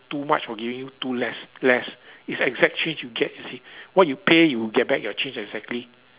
too much or giving you too less less is exact change you get you see what you pay you will get back your change exactly